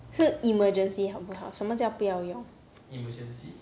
是 emergency 好不好什么叫不要用